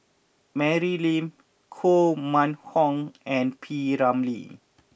Mary Lim Koh Mun Hong and P Ramlee